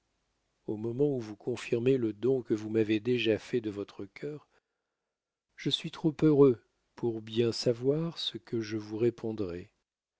au moment où vous confirmez le don que vous m'avez déjà fait de votre cœur je suis trop heureux pour bien savoir ce que je vous répondrais